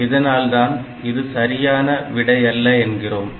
இதனால்தான் இது சரியான விடை அல்ல என்கிறோம்